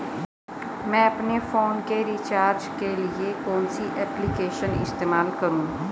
मैं अपने फोन के रिचार्ज के लिए कौन सी एप्लिकेशन इस्तेमाल करूँ?